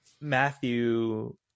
matthew